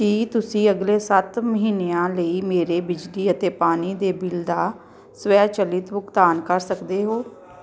ਕੀ ਤੁਸੀਂਂ ਅਗਲੇ ਸੱਤ ਮਹੀਨਿਆਂ ਲਈ ਮੇਰੇ ਬਿਜਲੀ ਅਤੇ ਪਾਣੀ ਦੇ ਬਿੱਲ ਦਾ ਸਵੈਚਲਿਤ ਭੁਗਤਾਨ ਕਰ ਸਕਦੇ ਹੋ